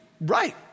right